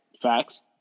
facts